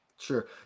Sure